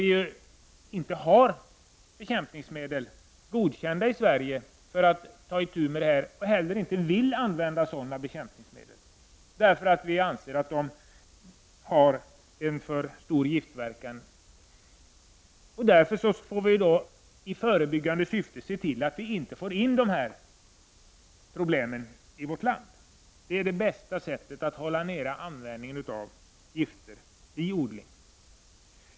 I Sverige har vi inte godkända bekämpningsmedel för att ta itu med skadegörare -- och vi vill heller inte använda sådana bekämpningsmedel därför att vi anser att de har för stor giftverkan. Därför får vi vidta åtgärder i förebyggande syfte och se till att vi inte får in de här problemen i vårt land. Det är det bästa sättet att hålla nere användningen av gifter i odling.